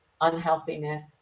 unhealthiness